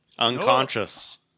Unconscious